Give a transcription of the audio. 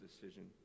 decision